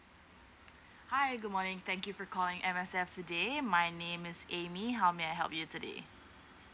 hi good morning thank you for calling M_S_F today my name is amy how may I help you today